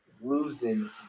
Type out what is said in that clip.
losing